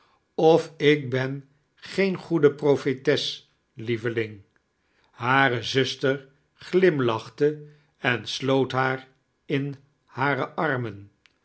of ik ben geen goede profeitee lieveling hare zuster glimlacbte en sloot haar in hare armen